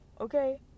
Okay